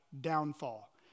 downfall